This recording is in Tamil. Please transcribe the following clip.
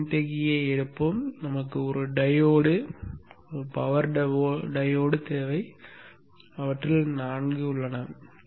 மின்தேக்கியை எடுப்போம் நமக்கு ஒரு டையோடு பவர் டையோடு தேவை அவற்றில் 4 தேவை